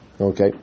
Okay